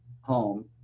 home